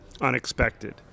unexpected